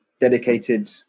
dedicated